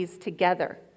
together